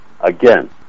again